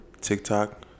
TikTok